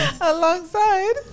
Alongside